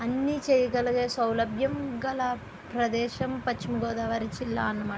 అన్ని చేయగలిగే సౌలభ్యం గల పశ్చిమ గోదావరి జిల్లా అన్నమాట